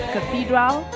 Cathedral